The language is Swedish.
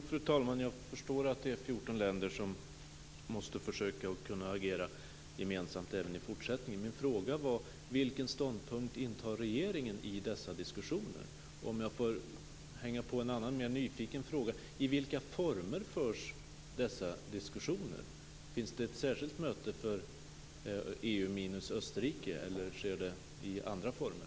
Fru talman! Jo, jag förstår att det är 14 länder som måste försöka agera gemensamt även i fortsättningen. Min fråga var: Vilken ståndpunkt intar regeringen i dessa diskussioner? Och om jag får hänga på en annan, mer nyfiken fråga: I vilka former förs dessa diskussioner? Finns det ett särskilt möte för EU minus Österrike eller sker det i andra former?